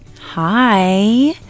Hi